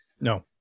No